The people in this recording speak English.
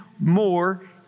more